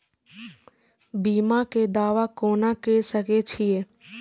बीमा के दावा कोना के सके छिऐ?